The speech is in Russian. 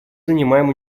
занимаем